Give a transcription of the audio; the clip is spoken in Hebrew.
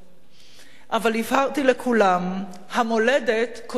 אבל הבהרתי לכולם: המולדת קודמת למולדת,